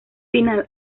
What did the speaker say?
final